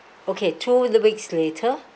okay two weeks later